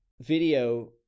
video –